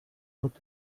tot